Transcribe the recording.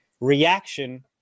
reaction